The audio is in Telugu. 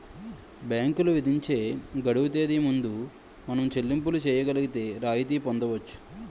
బ్యాంకులు విధించే గడువు తేదీ ముందు మనం చెల్లింపులు చేయగలిగితే రాయితీ పొందవచ్చు